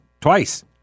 twice